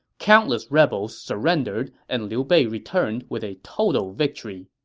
countless rebels surrendered, and liu bei returned with a total victory.